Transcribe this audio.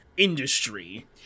industry